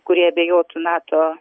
kurie abejotų nato